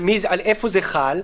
איפה זה חל.